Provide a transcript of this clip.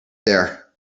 there